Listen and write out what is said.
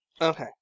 Okay